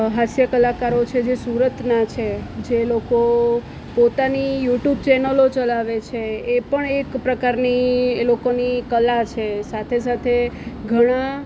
હાસ્ય કલાકારો છે સુરતના છે એ લોકો પોતાની યુટુબ ચેનેલો ચલાવે છે એ પણ એક પ્રકારની એ લોકોની કલા છે સાથે સાથે ઘણા